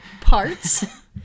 parts